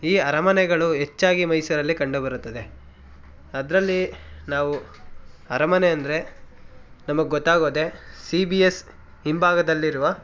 ಈ ಅರಮನೆಗಳು ಹೆಚ್ಚಾಗಿ ಮೈಸೂರಲ್ಲಿ ಕಂಡುಬರುತ್ತದೆ ಅದರಲ್ಲಿ ನಾವು ಅರಮನೆ ಅಂದರೆ ನಮಗೆ ಗೊತ್ತಾಗೋದೆ ಸಿ ಬಿ ಎಸ್ ಹಿಂಭಾಗದಲ್ಲಿರುವ